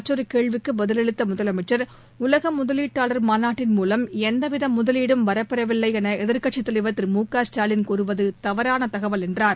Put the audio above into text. மற்றொருகேள்விக்குபதிலளித்தமுதலனமச்சர் உலகமுதலீட்டாளர் மாநாட்டின் மூலம் எந்தவிதமுதலீடும் வரப்பெறவில்லைஎனஎதிர்க்கட்சித்தலைவர் திருமுகஸ்டாலின் கூறுவதுதவறானதகவல் என்றார்